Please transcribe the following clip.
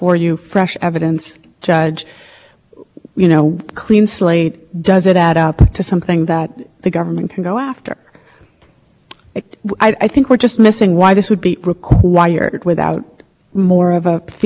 required without more of a theory of bias or or retaliation and i agree with most of what your honor says i don't disagree with that but my point is that it was never presented to the authorizing judge